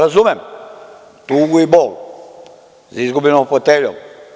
Razumem tugu i bol za izgubljenom foteljom.